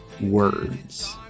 words